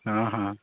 ହଁ ହଁ